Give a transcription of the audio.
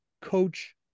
coach